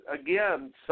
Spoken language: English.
Again